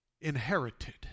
inherited